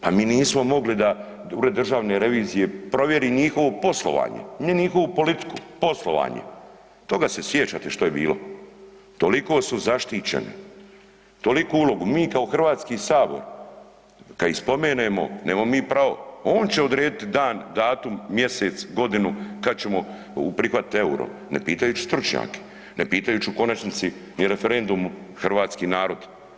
Pa mi nismo mogli da ured državne revizije provjeri njihovo poslovanje, ne njihovu politiku, poslovanje, toga se sjećate što je bilo, toliko su zaštićeni, toliku ulogu, mi kao Hrvatski sabor kad ih spomenemo nemamo mi pravo on će odrediti dan, datum, mjesec, godinu kad ćemo prihvatiti EUR-o, ne pitajući stručnjake, ne pitajući u konačnici ni referendumom hrvatski narod.